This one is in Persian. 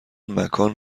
مکان